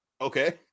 okay